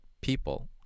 people